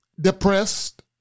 Depressed